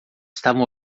estavam